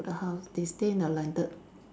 to the house they stay in a landed